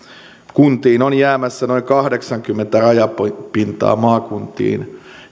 kuntiin on jäämässä noin kahdeksankymmentä rajapintaa maakuntiin